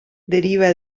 deriva